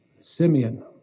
Simeon